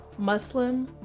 muslim,